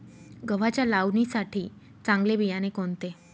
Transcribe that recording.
गव्हाच्या लावणीसाठी चांगले बियाणे कोणते?